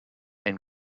and